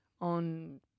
on